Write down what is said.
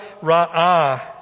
Ra'ah